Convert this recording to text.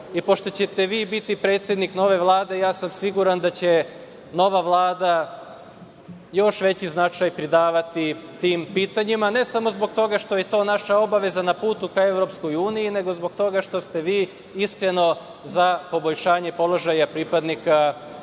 Pošto ćete vi biti predsednik nove Vlade, ja sam siguran da će nova Vlada još veći značaj pridavati tim pitanjima, ne samo zbog toga što je to naša obaveza na putu ka EU, nego zbog toga što ste vi iskreno za poboljšanje položaja pripadnika